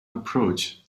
approach